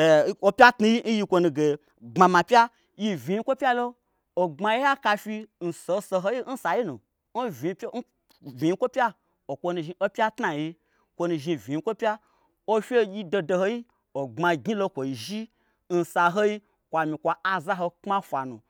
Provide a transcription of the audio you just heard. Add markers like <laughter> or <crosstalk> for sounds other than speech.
<hesitation> opya tnui n yi yi kwonuge gbmama pya. Yi n vnyii kwo pyai lo ogbma ya kafyi n sohosohoi n sai nu <hesitation> n vnyikwo pya opya tnai yi okwonu zhni vnyikwo pya ofyegyi dohodohoi ogbma gnyilo kwoi zhi n sahoi kwami kwa azaho kpma fwa nu